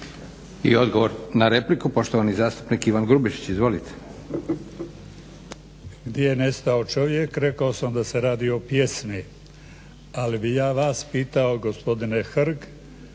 I odgovor na repliku, poštovani zastupnik Ivan Grubišić. Izvolite. **Grubišić, Ivan (Nezavisni)** Gdje je nestao čovjek, rekao sam da se radi o pjesmi, ali bi ja vas pitao gospodine Hrg,